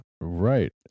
right